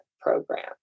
program